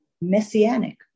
messianic